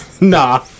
Nah